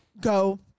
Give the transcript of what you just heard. go